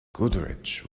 goodrich